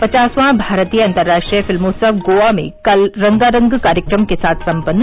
पचासवां भारतीय अंतर्राष्ट्रीय फिल्मोत्सव गोवा में कल रंगारंग कार्यक्रम के साथ सम्पन्न